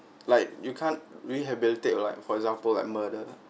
like you can't rehabilitate like for example like murder